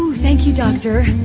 um thank you, doctor,